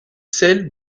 sels